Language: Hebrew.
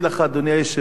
אדוני היושב-ראש,